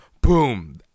Boom